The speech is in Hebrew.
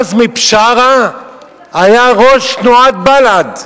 עזמי בשארה היה ראש תנועת בל"ד,